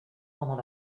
pendant